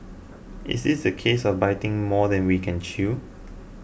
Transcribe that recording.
is this a case of biting more than we can chew